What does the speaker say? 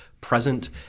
present